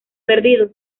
perdido